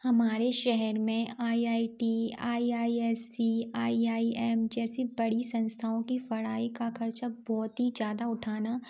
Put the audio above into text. हमारे शहर में I I T I I S C I I M जैसी बड़ी संस्थाओं की पढ़ाई का ख़र्च बहुत ही ज़्यादा उठाना